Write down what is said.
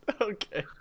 Okay